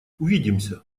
увидимся